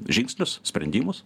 žingsnius sprendimus